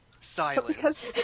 silence